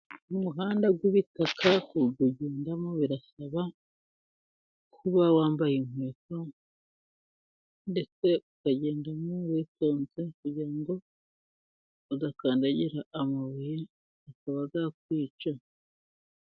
Umuhanda w'ibitaka kuwugendamo birasaba kuba wambaye inkweto, ndetse ukagenda nk'uwitonze kugira ngo udakandagira amabuye akaba yakwica.